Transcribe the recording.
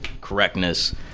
correctness